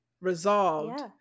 resolved